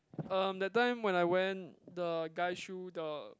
um that time when I went the guy shoe the